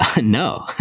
No